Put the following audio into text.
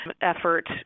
effort